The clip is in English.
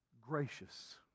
gracious